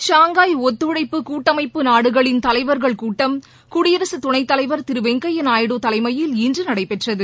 Shanghai ஒத்துழைப்பு கூட்டமைப்பு நாடுகளின் தலைவர்கள் கூட்டம் குடியரசு துணைத் தலைவர் திரு வெங்கய்ய நாயுடு தலைமையில் இன்று நடைபெற்றது